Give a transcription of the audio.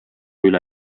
üle